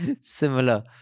similar